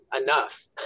enough